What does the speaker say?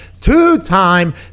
two-time